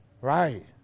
Right